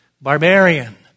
Barbarian